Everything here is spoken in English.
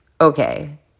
okay